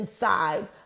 inside